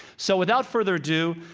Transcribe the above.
so without further ado,